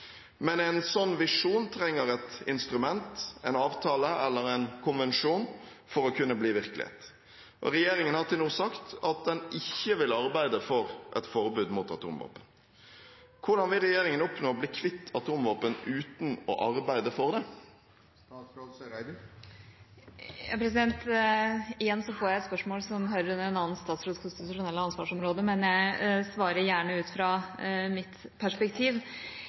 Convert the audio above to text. men en slik visjon trenger et instrument, en avtale eller en konvensjon for å kunne bli virkelighet, og regjeringen har til nå sagt at den ikke vil arbeide for et forbud mot atomvåpen. Hvordan vil regjeringen oppnå å bli kvitt atomvåpen uten å arbeide for det? Igjen får jeg et spørsmål som hører inn under en annen statsråds konstitusjonelle arbeidsområde, men jeg svarer gjerne ut fra mitt perspektiv.